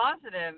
positive